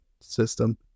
system